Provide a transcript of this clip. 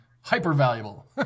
hyper-valuable